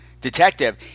detective